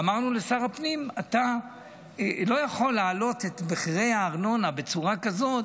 ואמרנו לשר הפנים: אתה לא יכול להעלות את מחירי הארנונה בצורה כזאת,